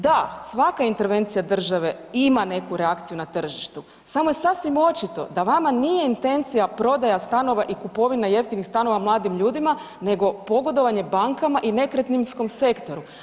Da, svaka intervencija države ima neku reakciju na tržištu, samo je sasvim očito da vama nije intencija prodaja stanova i kupovina jeftinih stanova mladim ljudima nego pogodovanje bankama i nekretninskom sektoru.